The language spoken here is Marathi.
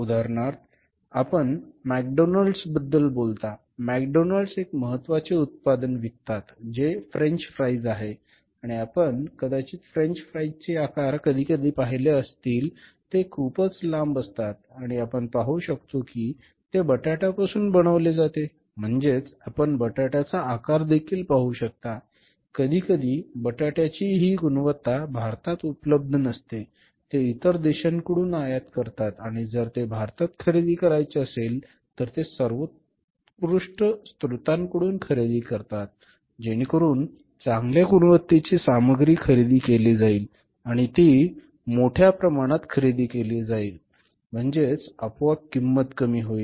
उदाहरणार्थ आपण मॅकडोनल्ड्सबद्दल बोलता मॅकडोनल्ड्स एक महत्त्वाचे उत्पादन विकतात जे फ्रेंच फ्राइज आहे आणि आपण कदाचित फ्रेंच फ्राइजचे आकार कधीकधी पाहिले असतील ते खूपच लांब असतात आणि आपण पाहू शकता की ते बटाट्यापासून बनवले जाते म्हणजेच आपण बटाट्याचा आकार देखील पाहू शकता कधीकधी बटाट्याची ही गुणवत्ता भारतात उपलब्ध नसते ते इतर देशांकडून आयात करतात आणि जर ते भारतात खरेदी करायचे असेल तर ते सर्वोत्कृष्ट स्त्रोतांकडून खरेदी करतात जेणेकरून चांगल्या गुणवत्तेची सामग्री खरेदी केली जाईल आणि ती मोठ्या प्रमाणात खरेदी केली जातील म्हणजेच आपोआप किंमत कमी होईल